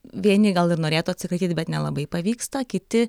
vieni gal ir norėtų atsikratyti bet nelabai pavyksta kiti